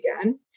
again